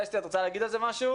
אסתי, את רוצה להגיד על זה משהו?